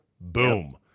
boom